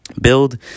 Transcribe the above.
Build